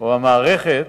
או במערכת,